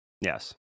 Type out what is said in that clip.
yes